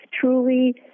truly